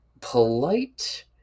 polite